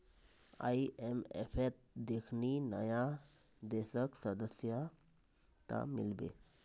आईएमएफत देखनी नया देशक सदस्यता मिल बे